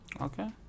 Okay